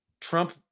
Trump